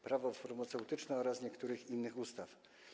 Prawo farmaceutyczne oraz niektórych innych ustaw.